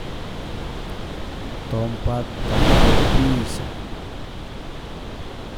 Tompat tataru pis a